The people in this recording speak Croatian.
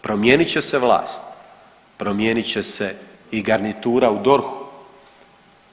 Promijenit će se vlast, promijenit će se i garnitura u DORH-u.